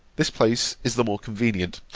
this place is the more convenient,